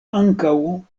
ankaŭ